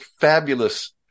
fabulous